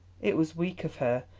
it was weak of her,